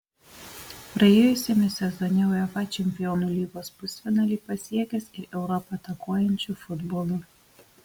praėjusiame sezone uefa čempionų lygos pusfinalį pasiekęs ir europą atakuojančiu futbolu